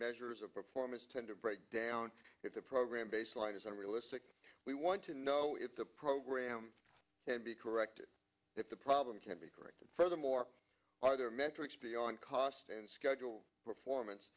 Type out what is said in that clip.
measures of performance tend to break down if the program baseline is unrealistic we want to know if the program can be corrected if the problem can be corrected furthermore are there metrics beyond cost and schedule performance